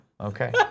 Okay